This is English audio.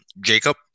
Jacob